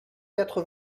quatre